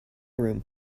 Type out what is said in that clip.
room